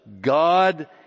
God